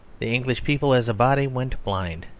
the english people as a body went blind,